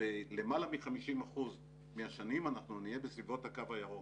בלמעלה מ-50% מהשנים אנחנו נהיה בסביבות הקו הירוק,